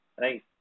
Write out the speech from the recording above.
right